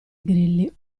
grilli